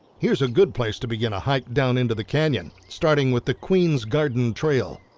here's a good place to begin a hike down into the canyon, starting with the queen's garden trail.